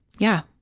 yeah.